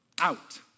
out